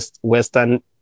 Western